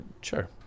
sure